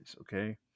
okay